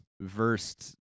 versed